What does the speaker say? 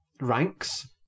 ranks